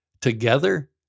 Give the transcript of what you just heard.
together